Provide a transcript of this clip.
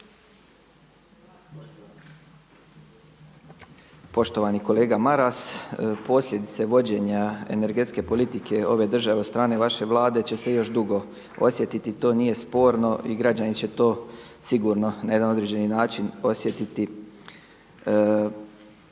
Poštovani kolega Maras, posljedice vođenja energetske politike ove države od strane vaše Vlade će se još dugo osjetiti, to nije sporno i građani će to sigurno na jedan određeni način osjetiti